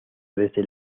desde